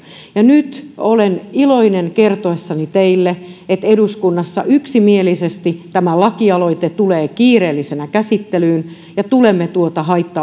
ja nyt olen iloinen kertoessani teille että eduskunnassa yksimielisesti tämä lakialoite tulee kiireellisenä käsittelyyn ja tulemme tuota